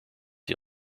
die